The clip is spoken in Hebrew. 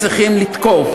ולכן צריכים לתקוף,